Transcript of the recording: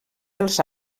dels